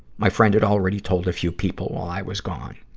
my friend had already told a few people while i was gone.